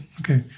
okay